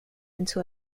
into